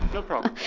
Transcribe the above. no problem.